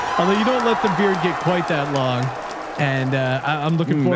although you don't let the beard get quite that long and i'm looking forward.